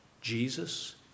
Jesus